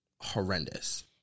horrendous